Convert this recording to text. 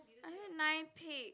I said nine pig